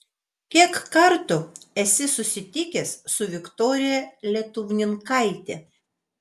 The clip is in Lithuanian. kiek kartų esi susitikęs su viktorija lietuvninkaite